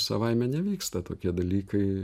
savaime nevyksta tokie dalykai